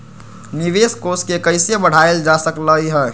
निवेश कोष के कइसे बढ़ाएल जा सकलई ह?